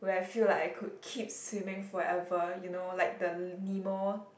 where I feel like I could keep swimming forever you know like the Nemo